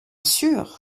sûr